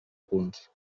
punts